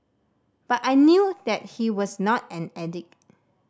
but I knew that he was not an addict